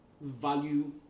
value